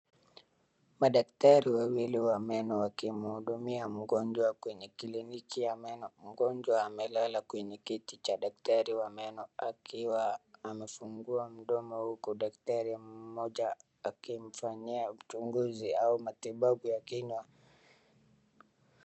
Madaktari wawili wa meno wakimuhudumia mgonjwa kwenye kliniki ya meno, mgonjwa amelala kwenye kiti cha daktari wa meno akiwa amefungua mdomo huku daktari mmoja akimfanyia uchunguzi au matibabu ya kinywa.